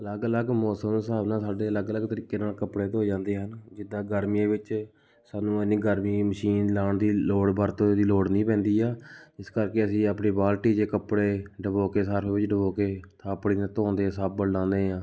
ਅਲੱਗ ਅਲੱਗ ਮੌਸਮ ਦੇ ਹਿਸਾਬ ਨਾਲ਼ ਸਾਡੇ ਅਲੱਗ ਅਲੱਗ ਤਰੀਕੇ ਨਾਲ਼ ਕੱਪੜੇ ਧੋਏ ਜਾਂਦੇ ਹਨ ਜਿੱਦਾਂ ਗਰਮੀਆਂ ਵਿੱਚ ਸਾਨੂੰ ਐਨੀ ਗਰਮੀ ਮਸ਼ੀਨ ਲਾਉਣ ਦੀ ਲੋੜ ਵਰਤੋਂ ਦੀ ਲੋੜ ਨਹੀਂ ਪੈਂਦੀ ਆ ਇਸ ਕਰਕੇ ਅਸੀਂ ਆਪਣੀ ਬਾਲਟੀ 'ਚ ਕੱਪੜੇ ਡੁਬੋ ਕੇ ਸਰਫ਼ ਵਿੱਚ ਡੁਬੋ ਕੇ ਥਾਪੜੀ ਨਾਲ਼ ਧੋਂਦੇ ਸਾਬਣ ਲਾਉਂਦੇ ਹਾਂ